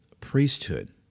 priesthood